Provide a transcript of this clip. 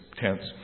tents